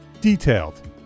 Detailed